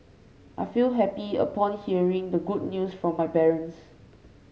I felt happy upon hearing the good news from my parents